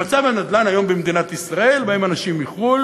במצב הנדל"ן היום במדינת ישראל באים אנשים מחו"ל,